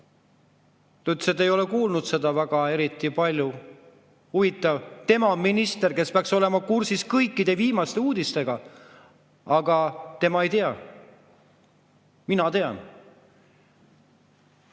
et ei ole sellest eriti kuulnud. Huvitav – tema on minister, kes peaks olema kursis kõikide viimaste uudistega, aga tema ei tea. Mina tean.